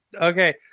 Okay